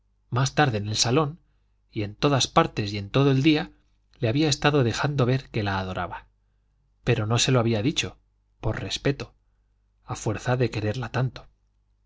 más tarde en el salón en todas partes y en todo el día le había estado dejando ver que la adoraba pero no se lo había dicho por respeto a fuerza de quererla tanto